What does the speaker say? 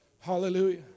Hallelujah